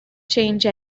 change